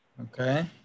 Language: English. Okay